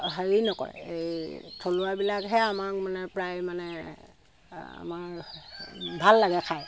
হেৰি নকৰে এই থলুৱাবিলাকেহে আমাক মানে প্ৰায় মানে আমাৰ ভাল লাগে খাই